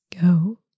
Go